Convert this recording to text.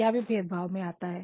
यह भी भेदभाव में आता है